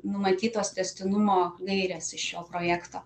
numatytos tęstinumo gairės šio projekto